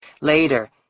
Later